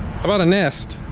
about a nest